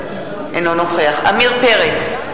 אינו נוכח עמיר פרץ,